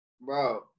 Bro